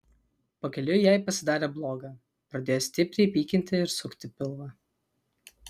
pakeliui jai pasidarė bloga pradėjo stipriai pykinti ir sukti pilvą